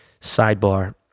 Sidebar